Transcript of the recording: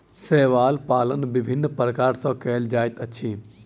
शैवाल पालन विभिन्न प्रकार सॅ कयल जाइत अछि